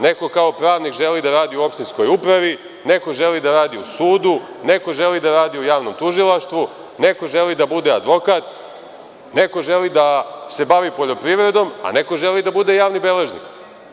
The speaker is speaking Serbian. Neko kao pravnik želi da radi u opštinskoj upravi, neko želi da radi u sudu, neko želi da radi u javnom tužilaštvu, neko želi da bude advokat, neko želi da se bavi poljoprivredom, a neko želi da bude javni beležnik.